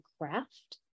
craft